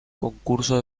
concurso